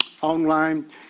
online